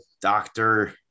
Doctor